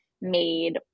made